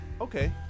Okay